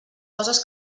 coses